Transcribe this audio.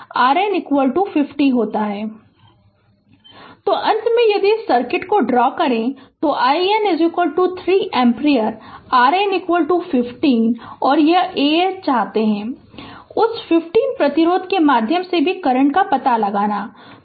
Refer Slide Time 1642 तो अंत में यदि इस सर्किट को ड्रा करें तो IN 3 एम्पीयर RN 50 और यह और ah चाहते हैं उस 50 प्रतिरोध के माध्यम से भी करंट का पता लगाना चाहते हैं